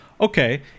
okay